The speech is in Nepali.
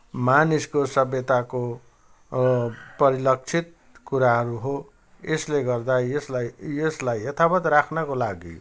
मानिसको सभ्यताको परिलक्षित कुराहरू हो यसले गर्दा यसलाई यसलाई यथावत राख्नको लागि